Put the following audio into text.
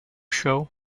show